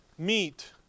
Meet